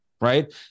right